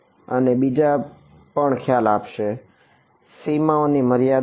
અને એક બીજો પણ ખ્યાલ છે સીમાઓની મર્યાદા